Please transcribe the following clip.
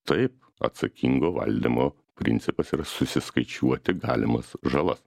taip atsakingo valdymo principas yra susiskaičiuoti galimas žalas